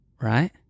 Right